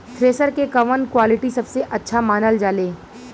Thresher के कवन quality सबसे अच्छा मानल जाले?